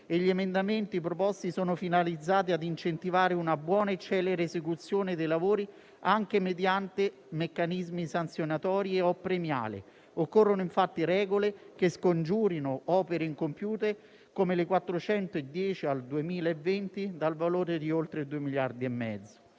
Gli emendamenti proposti sono finalizzati a incentivare una buona e celere esecuzione dei lavori anche mediante meccanismi sanzionatori o premiali. Occorrono infatti regole che scongiurino opere incompiute, come le 410 opere al 2020 dal valore di oltre 2,5 miliardi.